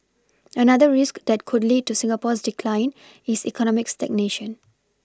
another risk that could lead to Singapore's decline is economic stagnation